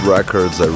Records